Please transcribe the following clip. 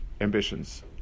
ambitions